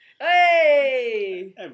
Hey